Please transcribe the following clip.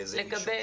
גיל,